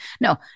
No